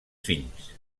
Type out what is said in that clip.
fills